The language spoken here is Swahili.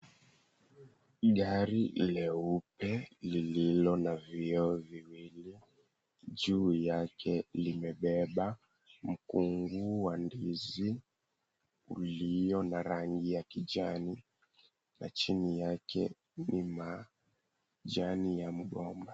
Gari leupe lililo na vioo viwili juu yake limebeba mkungu wa ndizi uliyo na rangi ya kijani na chini yake ni majani ya mgomba.